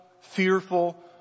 fearful